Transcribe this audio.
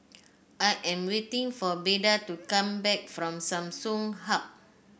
I am waiting for Beda to come back from Samsung Hub